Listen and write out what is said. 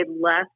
less